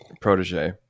protege